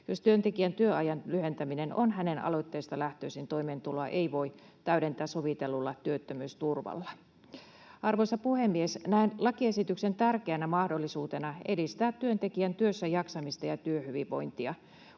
Jos työntekijän työajan lyhentäminen on hänen aloitteestaan lähtöisin, toimeentuloa ei voi täydentää sovitellulla työttömyysturvalla. Arvoisa puhemies! Näen lakiesityksen tärkeänä mahdollisuutena edistää työntekijän työssäjaksamista ja työhyvinvointia.